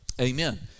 Amen